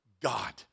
God